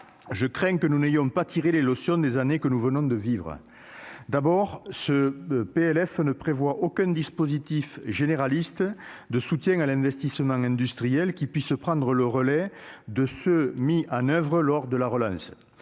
je crains que nous n'ayons pas tirer les lotions des années que nous venons de vivre d'abord ce PLF ne prévoit aucun dispositif généraliste de soutien à l'investissement industriel qui puisse prendre le relais de ceux mis à Oeuvres lors de la relance,